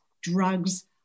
drugs